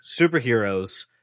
superheroes